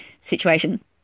situation